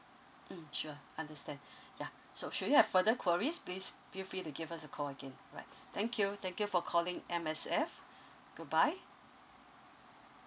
mm sure understand ya so should you have further queries please feel free to give us a call again alright thank you thank you for calling M_S_F goodbye